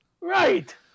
Right